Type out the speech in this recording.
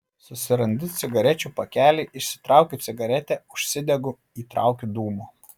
susirandu cigarečių pakelį išsitraukiu cigaretę užsidegu įtraukiu dūmo